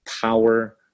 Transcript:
power